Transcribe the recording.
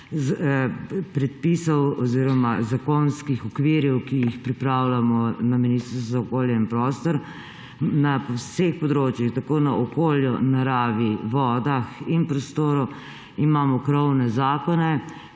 predpisov oziroma zakonskih okvirjev, ki jih pripravljamo na Ministrstvu za okolje in prostor. Na vseh področjih, tako na okolju, naravi, vodah in prostoru imamo krovne zakone,